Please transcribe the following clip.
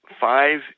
five